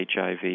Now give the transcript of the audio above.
HIV